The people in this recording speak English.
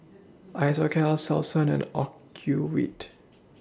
Isocal Selsun and Ocuvite